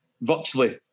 virtually